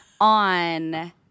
on